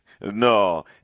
No